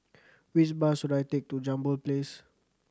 which bus should I take to Jambol Place